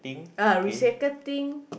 ah recycle thing